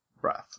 breath